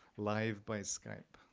live by skype,